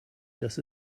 dass